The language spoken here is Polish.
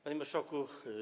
Panie Marszałku!